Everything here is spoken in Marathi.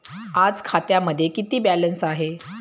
आज खात्यामध्ये किती बॅलन्स आहे?